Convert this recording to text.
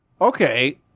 Okay